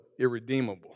irredeemable